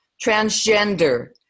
transgender